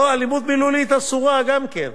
לא, אלימות מילולית אסורה גם כן,